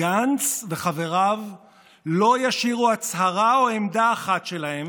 גנץ וחבריו לא ישאירו הצהרה או עמדה אחת שלהם